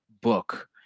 book